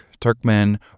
Turkmen